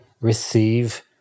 receive